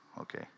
okay